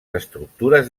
estructures